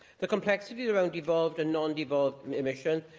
the complexities around devolved and non-devolved emissions,